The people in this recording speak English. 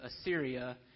Assyria